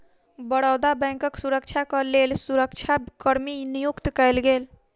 बड़ौदा बैंकक सुरक्षाक लेल सुरक्षा कर्मी नियुक्त कएल गेल